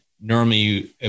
normally